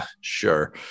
sure